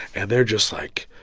and they're just, like,